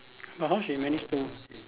but how she manage to